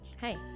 hey